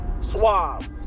Suave